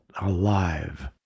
alive